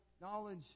knowledge